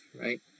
right